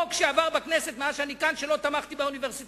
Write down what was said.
אין חוק שעבר בכנסת מאז שאני כאן שבו לא תמכתי באוניברסיטאות.